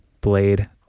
blade